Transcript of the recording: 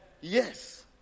Yes